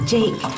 Jake